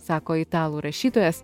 sako italų rašytojas